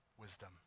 wisdom